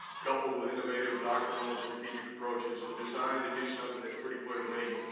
coupled with innovative doctrinal and strategic approaches are designed to do something that's pretty clear to me.